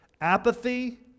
Apathy